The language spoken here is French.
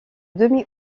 demi